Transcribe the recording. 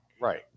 Right